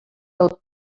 del